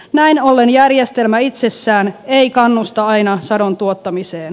näin ollen järjestelmä itsessään ei kannusta aina sadon tuottamiseen